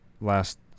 last